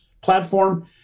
platform